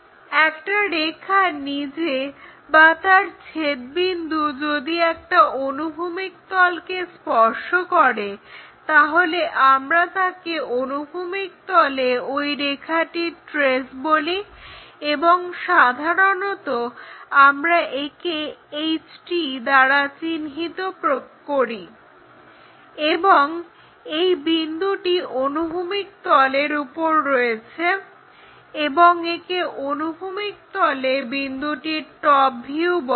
একটা রেখা নিজে বা তার ছেদবিন্দু যদি একটা অনুভূমিক তল কে স্পর্শ করে তাহলে আমরা তাকে অনুভূমিক তলে ওই রেখাটির ট্রেস বলি এবং সাধারণত আমরা একে HT চিহ্ন দ্বারা প্রকাশ করি এবং এই বিন্দুটি অনুভূমিক তল এর উপর রয়েছে এবং একে অনুভূমিক তলে বিন্দুটির টপ ভিউ বলে